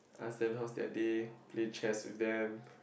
ask them how's their day play chess with them